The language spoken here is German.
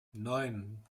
neun